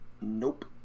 Nope